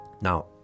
Now